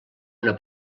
una